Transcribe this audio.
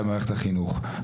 במערכת החינוך.